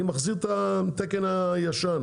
אני אחזיר את התקן הישן,